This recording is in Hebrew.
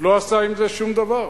לא עשה עם זה שום דבר.